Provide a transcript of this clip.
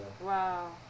Wow